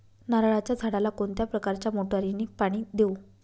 नारळाच्या झाडाला कोणत्या प्रकारच्या मोटारीने पाणी देऊ?